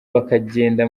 bakagenda